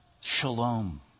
shalom